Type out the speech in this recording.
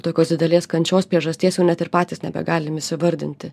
tokios didelės kančios priežasties jau net ir patys nebegalim įvardinti